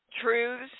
truths